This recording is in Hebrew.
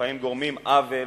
לפעמים גורמים עוול